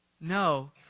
No